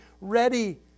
ready